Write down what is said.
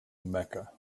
mecca